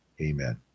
amen